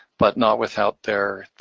but not with, out there,